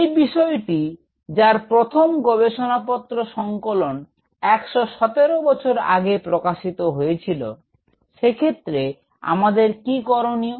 এই বিষয়টি যার প্রথম গবেষণাপত্র সংকলন 117 বছর আগে প্রকাশিত হয়েছিল সেক্ষেত্রে আমাদের কি করনীয়